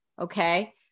Okay